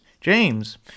James